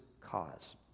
cause